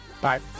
Bye